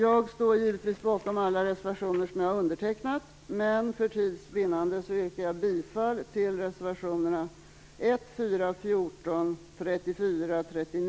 Jag står givetvis bakom alla reservationer som jag har undertecknat, men för tids vinnande yrkar jag bifall endast till reservationerna 1, 4, 14,